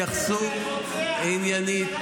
תתייחסו עניינית.